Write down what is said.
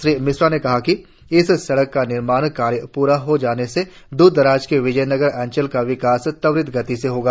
श्री मिश्रा ने कहा कि इस सड़क का निर्माण कार्य पूरा हो जाने से दूर दराज के विजयनगर अंचल का विकास त्वरित गति से होगा